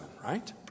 right